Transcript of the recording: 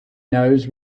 knows